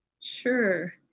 Sure